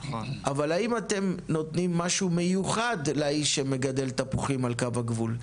אבל האם אתם נותנים משהו מיוחד לאיש שמגדל תפוחים על קו הגבול?